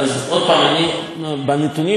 בנתונים שיש כיום,